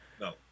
No